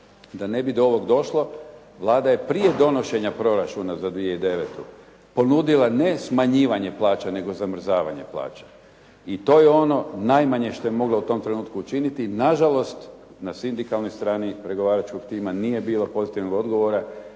da ne bi do ovoga došlo Vlada je prije donošenja proračuna za 2009. ponudila ne smanjivanje plaća nego zamrzavanje plaća. I to je ono najmanje što je mogla u tom trenutku učiniti. Nažalost, na sindikalnoj strani pregovaračkog tima nije bilo pozitivnog odgovora